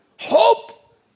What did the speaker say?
hope